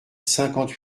cinquante